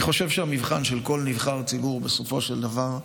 אני חושב שהמבחן של כל נבחר ציבור, בסופו של דבר,